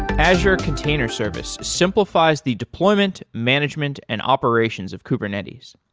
azure container service simplifies the deployment, management and operations of kubernetes.